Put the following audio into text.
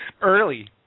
early